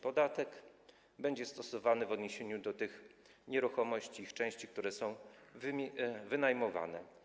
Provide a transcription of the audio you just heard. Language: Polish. Podatek będzie stosowany w odniesieniu do tych nieruchomości i ich części, które są wynajmowane.